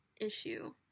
issue